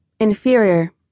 inferior